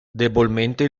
debolmente